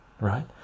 right